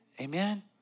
Amen